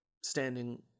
standing